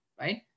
right